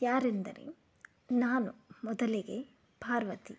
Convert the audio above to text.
ಯಾರೆಂದರೆ ನಾನು ಮೊದಲಿಗೆ ಪಾರ್ವತಿ